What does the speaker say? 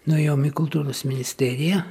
nuėjom į kultūros ministeriją